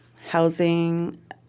housing